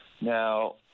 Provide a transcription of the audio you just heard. Now